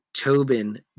Tobin